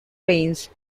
reigns